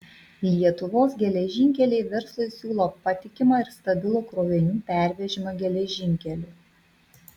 lietuvos geležinkeliai verslui siūlo patikimą ir stabilų krovinių pervežimą geležinkeliu